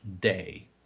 day